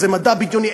איזה מדע בדיוני.